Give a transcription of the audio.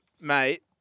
mate